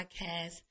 podcast